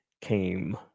came